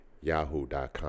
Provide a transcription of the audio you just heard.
yahoo.com